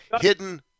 hidden